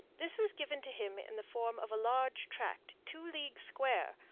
this was given to him in the form of a large tract, two leagues square,